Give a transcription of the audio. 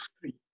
three